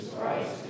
Christ